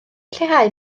lleihau